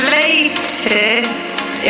latest